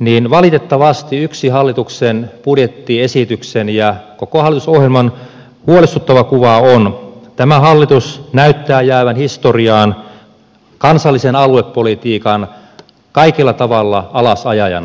niin valitettavasti yksi hallituksen budjettiesityksen ja koko hallitusohjelman huolestuttava kuva on että tämä hallitus näyttää jäävän historiaan kaikella tavalla kansallisen aluepolitiikan alasajajana